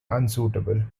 unsuitable